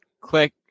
click